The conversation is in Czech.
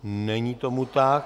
Není tomu tak.